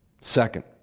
Second